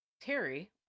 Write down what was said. Terry